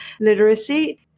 literacy